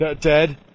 Dead